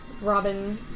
Robin